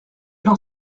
dans